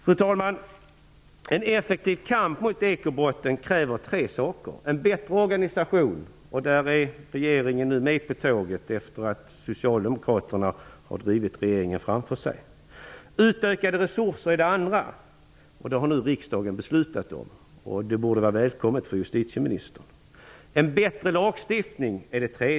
Fru talman! En effektiv kamp mot ekobrotten kräver tre saker: 1. En bättre organisation. Där är regeringen nu med på tåget, efter att Socialdemokraterna har drivit regeringen framför sig. 2. Utökade resurser. Riksdagen har nu beslutat om det, och det borde vara välkommet för justitieministern. 3. En bättre lagstiftning.